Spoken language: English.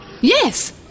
Yes